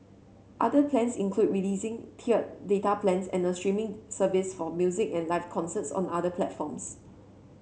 other plans include releasing tiered data plans and a streaming service for music and live concerts on other platforms